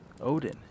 Odin